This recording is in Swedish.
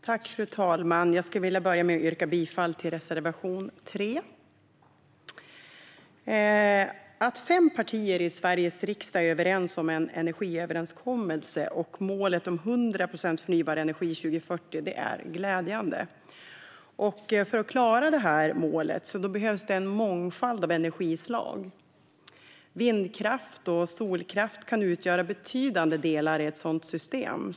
Fru talman! Jag skulle vilja börja med att yrka bifall till reservation 3. Att fem partier i Sveriges riksdag har nått en energiöverenskommelse med ett mål om 100 procent förnybar energi år 2040 är glädjande. För att klara detta mål behövs en mångfald av energislag. Vindkraft och solkraft kan utgöra betydande delar i ett sådant system.